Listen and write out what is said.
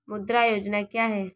मुद्रा योजना क्या है?